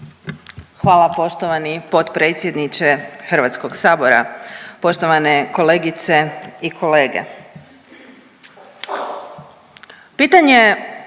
Hvala poštovani potpredsjedniče HS-a, poštovane kolegice i kolege. Pitanje